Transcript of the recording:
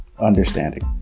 understanding